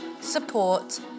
support